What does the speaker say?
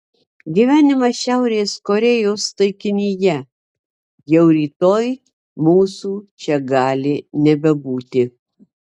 gyvenimas šiaurės korėjos taikinyje jau rytoj mūsų čia gali nebebūti